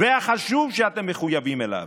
והחשוב שאתם מחויבים אליו,